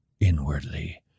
inwardly